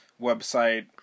website